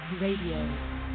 Radio